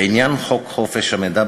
לעניין חוק חופש המידע,